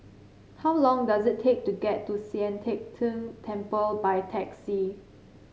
how long does it take to get to Sian Teck Tng Temple by taxi